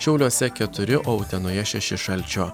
šiauliuose keturi o utenoje šeši šalčio